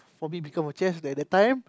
for me become a chef that that time